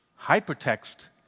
Hypertext